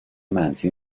منفی